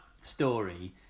story